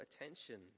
attention